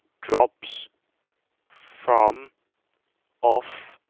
drops from off